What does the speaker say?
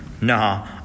Nah